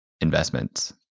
investments